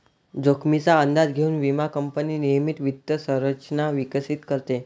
जोखमीचा अंदाज घेऊन विमा कंपनी नियमित वित्त संरचना विकसित करते